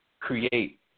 create